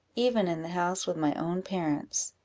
even in the house with my own parents.